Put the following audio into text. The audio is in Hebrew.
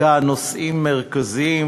לחקיקה נושאים מרכזיים,